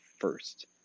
first